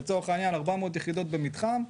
לצורך העניין 400 יחידות במתחם,